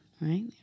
right